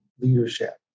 leadership